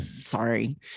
sorry